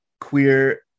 queer